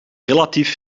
relatief